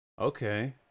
Okay